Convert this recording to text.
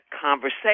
conversation